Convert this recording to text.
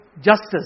justice